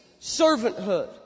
servanthood